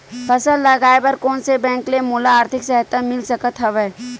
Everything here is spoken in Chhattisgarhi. फसल लगाये बर कोन से बैंक ले मोला आर्थिक सहायता मिल सकत हवय?